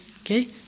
Okay